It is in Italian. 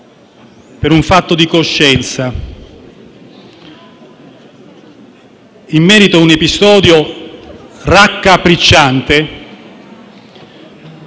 per un fatto di coscienza in merito a un episodio raccapricciante